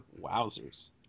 Wowzers